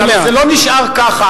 הלוא זה לא נשאר ככה,